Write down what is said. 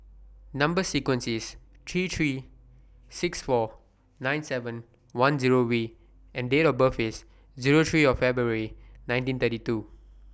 Number sequence IS three three six four nine seven one Zero V and Date of birth IS Zero three February nineteen thirty two